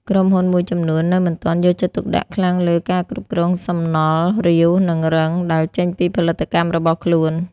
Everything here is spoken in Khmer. ក្រុមហ៊ុនមួយចំនួននៅមិនទាន់យកចិត្តទុកដាក់ខ្លាំងលើ ការគ្រប់គ្រងសំណល់ រាវ និងរឹង ដែលចេញពីផលិតកម្មរបស់ខ្លួន។